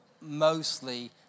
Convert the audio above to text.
mostly